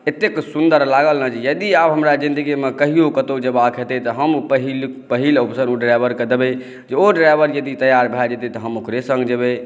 एतेक सुन्दर लागल नेजे आब हमरा जिन्दगीमे कहिओ कतहुँ जेबाक हेतै तऽ हम पहिल अवसर ओ ड्राइवरकेँ देबै यदि ओ ड्राइवर यदि तैयार भए जेतै तऽ हम ओकरे सङ्ग जेबै